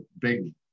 big